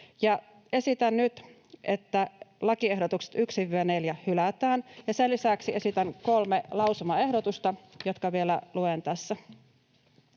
Esitän nyt, että lakiehdotukset 1—4 hylätään, ja sen lisäksi esitän kolme lausumaehdotusta, jotka vielä luen tässä: